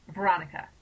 Veronica